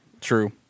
True